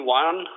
one